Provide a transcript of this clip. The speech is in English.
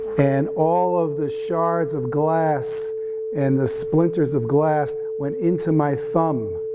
and all of the shards of glass and the splinters of glass went into my thumb,